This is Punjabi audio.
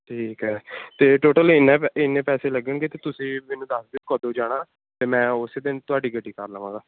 ਠੀਕ ਹੈ ਅਤੇ ਟੋਟਲ ਇੰਨੇ ਪੈ ਇੰਨੇ ਪੈਸੇ ਲੱਗਣਗੇ ਤਾਂ ਤੁਸੀਂ ਮੈਨੂੰ ਦੱਸ ਦਿਓ ਕਦੋਂ ਜਾਣਾ ਤਾਂ ਮੈਂ ਉਸੇ ਦਿਨ ਤੁਹਾਡੀ ਗੱਡੀ ਕਰ ਲਵਾਂਗਾ